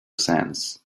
sands